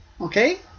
Okay